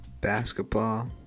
Basketball